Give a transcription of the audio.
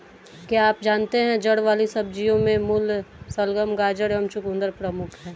क्या आप जानते है जड़ वाली सब्जियों में मूली, शलगम, गाजर व चकुंदर प्रमुख है?